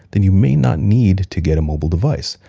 then you may not need to get a mobile device.